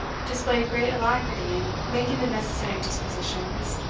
displayed great alacrity in making the necessary dispositions,